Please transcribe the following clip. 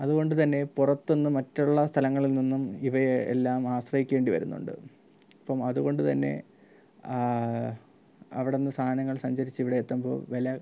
അതുകൊണ്ടുതന്നെ പുറത്തുനിന്നും മറ്റുള്ള സ്ഥലങ്ങളിൽ നിന്നും ഇവയെ എല്ലാം ആശ്രയിക്കേണ്ടി വരുന്നുണ്ട് ഇപ്പോള് അതുകൊണ്ടുതന്നെ അവിടെനിന്ന് സാനങ്ങൾ സഞ്ചരിച്ച് ഇവിടെ എത്തുമ്പോള് വില